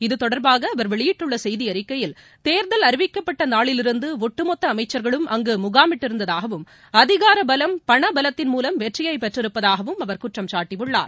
இத்தொடர்பாக அவர் வெளியிட்டுள்ள செய்தி அறிக்கையில் தேர்தல் அறிவிக்கப்பட்ட நாளிலிருந்து ஒட்டுமொத்த அமைச்சர்களும் அங்கு முகாமிட்டிருந்ததாகவும் அதிகார பலம் பணபலத்தின் மூலம் வெற்றியை பெற்றிருப்பதாகவும் அவர் குற்றம் சாட்டியுள்ளார்